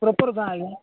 proper ଗାଁ ଆଜ୍ଞା